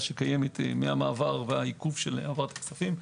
מהמעבר והעיכוב של העברת הכספים,